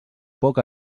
poc